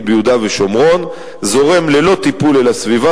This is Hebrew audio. ביהודה ושומרון זורם ללא טיפול אל הסביבה,